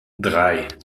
drei